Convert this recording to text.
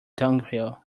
dunghill